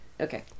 okay